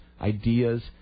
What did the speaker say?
ideas